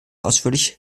ausführliche